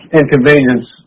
inconvenience